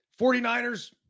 49ers